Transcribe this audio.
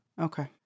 Okay